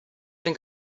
been